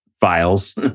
files